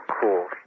cool